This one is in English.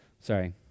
Sorry